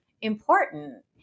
important